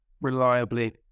reliably